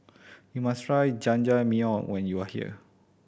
you must try Jajangmyeon when you are here